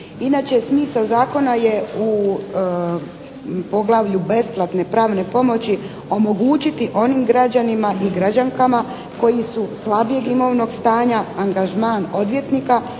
Inače smisao zakona je u poglavlju besplatne pravne pomoći omogućiti onim građanima i građankama koji su slabijeg imovnog stanja angažman odvjetnika